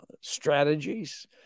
strategies